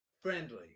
friendly